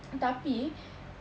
tapi